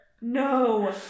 No